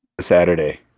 Saturday